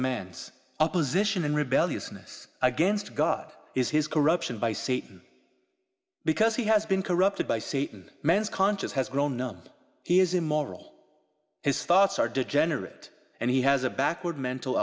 man's opposition and rebelliousness against god is his corruption by satan because he has been corrupted by satan man's conscience has grown none he is immoral his thoughts are degenerate and he has a backward mental